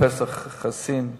לפרופסור חסין,